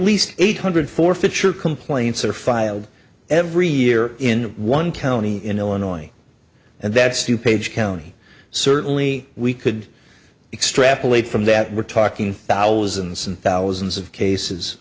least eight hundred four fisher complaints are filed every year in one county in illinois and that's to page county certainly we could extrapolate from that we're talking thousands and thousands of cases